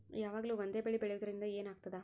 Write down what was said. ಯಾವಾಗ್ಲೂ ಒಂದೇ ಬೆಳಿ ಬೆಳೆಯುವುದರಿಂದ ಏನ್ ಆಗ್ತದ?